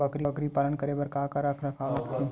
बकरी पालन करे बर काका रख रखाव लगथे?